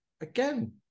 Again